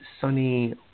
sunny